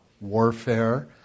warfare